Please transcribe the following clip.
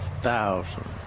thousand